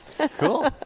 Cool